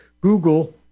Google